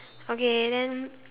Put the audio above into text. okay then